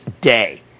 day